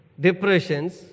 depressions